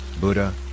Buddha